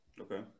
Okay